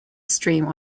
stream